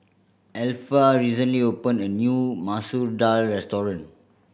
Alpha recently opened a new Masoor Dal restaurant